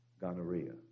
Gonorrhea